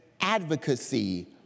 advocacy